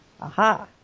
Aha